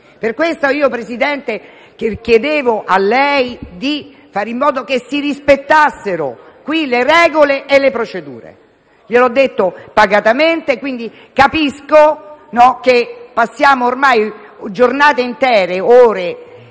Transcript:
Per questo io, Presidente, le chiedevo di fare in modo che si rispettassero le regole e le procedure. Gliel'ho detto pacatamente perché capisco che passiamo ormai giornate intere, ore,